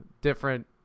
different